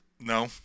No